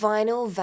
Vinyl